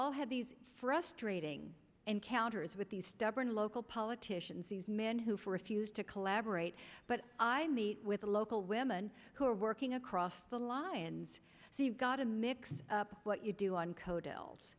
all had these frustrating encounters with these stubborn local politicians these men who for refused to collaborate but i meet with the local women who are working across the lines so you've got a mix up what you do on co